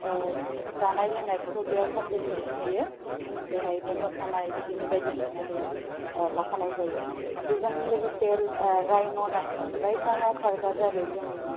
जानाय लोंनायफोरखौ बेयाव कम्पिटिसन होयो बेहायबो मोसानाय बिदिनो बायदिसिनाबो लाफानाय जायो बेजों लोगोसे रायमना पार्क रायमना पार्का जाबाय जोंनि